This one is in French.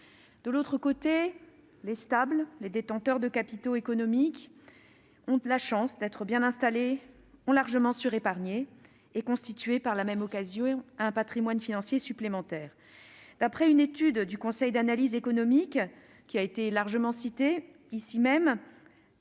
De l'autre côté, les stables, les détenteurs de capitaux économiques qui ont la chance d'être bien installés ont largement surépargné et constitué par la même occasion un patrimoine financier supplémentaire. D'après une étude du Conseil d'analyse économique qui a déjà été largement citée, 20 % des